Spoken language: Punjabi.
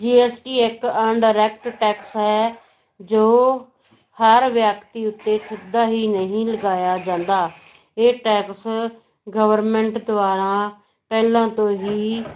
ਜੀ ਐਸ ਟੀ ਇੱਕ ਅਨਡਰੈਕਟ ਟੈਕਸ ਹੈ ਜੋ ਹਰ ਵਿਅਕਤੀ ਉੱਤੇ ਸਿੱਧਾ ਹੀ ਨਹੀਂ ਲਗਾਇਆ ਜਾਂਦਾ ਇਹ ਟੈਕਸ ਗਵਰਮੈਂਟ ਦੁਆਰਾ ਪਹਿਲਾਂ ਤੋਂ ਹੀ